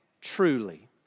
truly